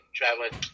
traveling